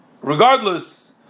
Regardless